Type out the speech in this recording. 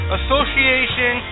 Association